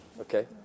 okay